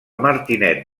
martinet